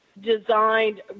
designed